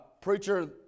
preacher